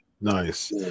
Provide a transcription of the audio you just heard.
Nice